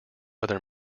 other